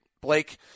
Blake